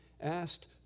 asked